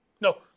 No